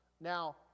now